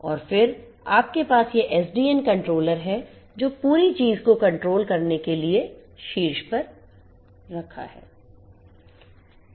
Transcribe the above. और फिर आपके पस यह एसडीएन controller है जो पूरी चीज़ को control करने के लिए शीर्ष पर बैठा है